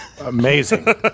Amazing